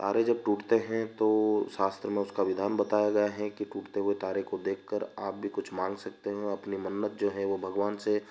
तारे जब टूटते हैं तो शास्त्र में उसका विधान बताया गया है कि टूटते हुए तारे को देखकर आप भी कुछ माँग सकते हैं अपनी मन्नत जो है वो भगवान से